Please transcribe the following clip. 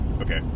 okay